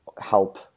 help